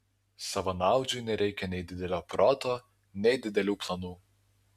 savanaudžiui nereikia nei didelio proto nei didelių planų